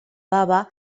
baba